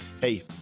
Hey